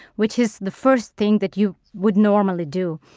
which is the first thing that you would normally do.